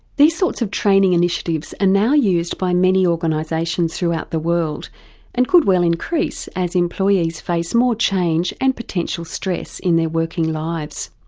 these sorts of training initiatives are and now used by many organisations throughout the world and could well increase as employees face more change and potential stress in their working lives.